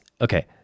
okay